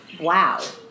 Wow